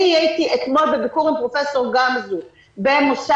אני הייתי אתמול בביקור עם פרופ' גמזו בבית